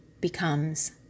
becomes